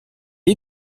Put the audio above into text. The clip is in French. est